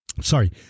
Sorry